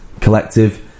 collective